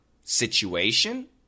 situation